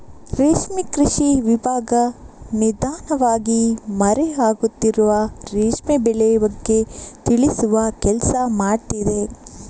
ರೇಷ್ಮೆ ಕೃಷಿ ವಿಭಾಗ ನಿಧಾನವಾಗಿ ಮರೆ ಆಗುತ್ತಿರುವ ರೇಷ್ಮೆ ಬೆಳೆ ಬಗ್ಗೆ ತಿಳಿಸುವ ಕೆಲ್ಸ ಮಾಡ್ತಿದೆ